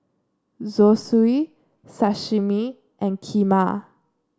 Zosui Sashimi and Kheema